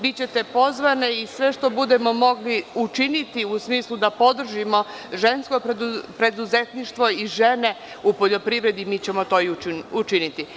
Bićete pozvane i sve što budemo mogli učiniti u smislu da podržimo žensko preduzetništvo i žene u poljoprivredi, mi ćemo to i učiniti.